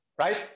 right